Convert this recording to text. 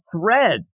thread